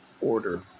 order